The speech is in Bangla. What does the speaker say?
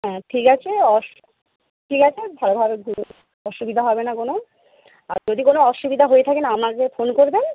হ্যাঁ ঠিক আছে ঠিক আছে ভালোভাবে ঘুরুন অসুবিধা হবে না কোনো আর যদি কোনো অসুবিধা হয়ে থাকে না আমাকে ফোন করবেন